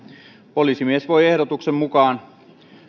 poliisimies voi ehdotuksen mukaan